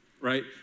right